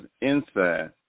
inside